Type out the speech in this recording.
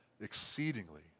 exceedingly